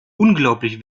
unglaublich